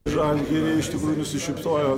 žalgirį iš tikrųjų nusišypsojo